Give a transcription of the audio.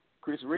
Chris